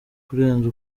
kurenza